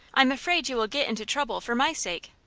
i'm afraid you will get into trouble for my sake!